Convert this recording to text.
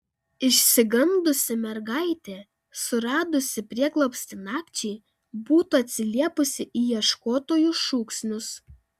išsigandusi mergaitė suradusi prieglobstį nakčiai būtų atsiliepusi į ieškotojų šūksnius